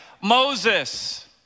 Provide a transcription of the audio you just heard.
Moses